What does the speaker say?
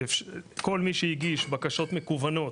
כל מי שהגיש בקשות מקוונות,